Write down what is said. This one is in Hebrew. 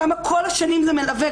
כמה כל השנים זה מלווה,